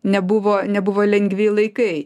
nebuvo nebuvo lengvi laikai